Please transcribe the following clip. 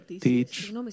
teach